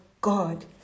God